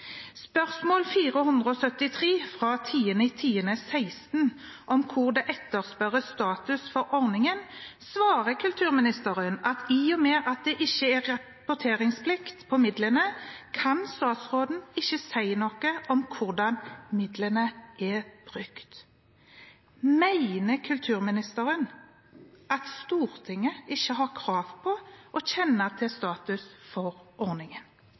spørsmål 473 fra 10. oktober 2016, hvor det etterspørres status for ordningen, svarer kulturministeren at i og med at det ikke er rapporteringsplikt på midlene, kan statsråden ikke si noe om hvordan midlene er brukt. Mener statsråden at Stortinget ikke har krav på å kjenne til status for ordningen?»